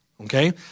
Okay